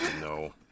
No